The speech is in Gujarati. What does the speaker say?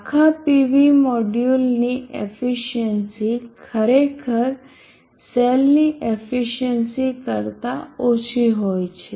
આખા PV મોડ્યુલની એફિસિયન્સી ખરેખર સેલની એફિસિયન્સી કરતા ઓછી હોય છે